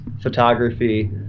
photography